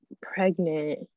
pregnant